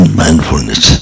mindfulness